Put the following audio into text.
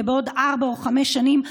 ובעוד ארבע או חמש שנים,